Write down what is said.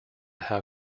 how